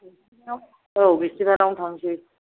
औ बिसतिबारावनो थांनोसै